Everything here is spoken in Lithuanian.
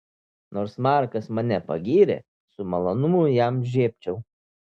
nors markas mane pagyrė su malonumu jam žiebčiau